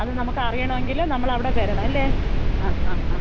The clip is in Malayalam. അത് നമുക്കറിയണമെങ്കില് നമ്മളവിടെ വരണമല്ലേ ആ ആ ആ